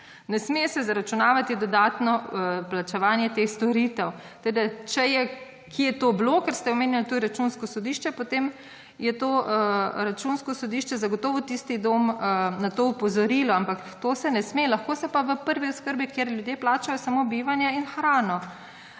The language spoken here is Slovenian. ne sme se zaračunavati dodatno plačevanje teh storitev. Tako, da če je kje to bilo, ker ste omenjali tudi Računsko sodišče, potem je to Računsko sodišče zagotovo tisti dom na to opozorilo. Ampak to se ne sme. Lahko se pa v prvi oskrbi, kjer ljudje plačajo samo bivanje in hrano.